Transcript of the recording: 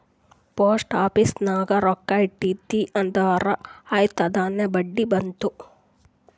post office ನಾಗ್ ರೊಕ್ಕಾ ಇಟ್ಟಿದಿ ಅಂದುರ್ ಆಯ್ತ್ ತನ್ತಾನೇ ಬಡ್ಡಿ ಬರ್ತುದ್